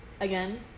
again